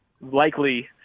Likely